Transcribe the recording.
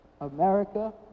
America